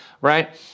right